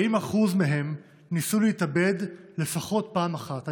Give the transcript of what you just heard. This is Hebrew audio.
40% מהם ניסו להתאבד לפחות פעם אחת.